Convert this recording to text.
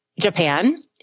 Japan